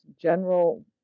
general